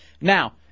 Now